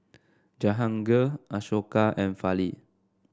Jahangir Ashoka and Fali